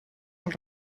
els